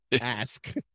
ask